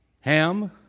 Ham